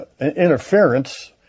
interference